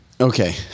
Okay